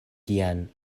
dian